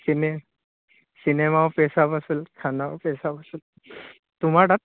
চিনে চিনেমাও পইচা বচুল খানাও পইচা বচুল তোমাৰ তাত